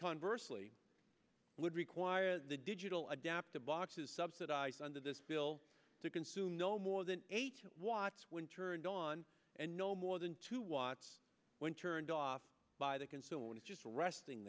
conversely would require the digital adaptive boxes subsidized under this bill to consume no more than eight watts when turned on and no more than two watts when turned off by the consumer when it's just resting